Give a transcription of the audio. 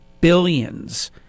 billions